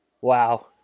wow